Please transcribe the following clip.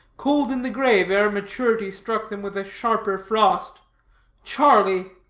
cold in the grave ere maturity struck them with a sharper frost charlie?